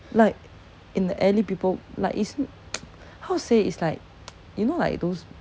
like in the alley people like it's how to say it's like you know like those